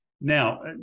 Now